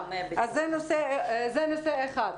זה נושא אחד.